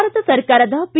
ಭಾರತ ಸರ್ಕಾರದ ಪಿ